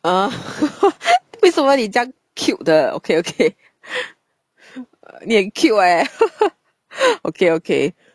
oh 为什么你这样 cute 的 okay okay 你很 cute leh okay okay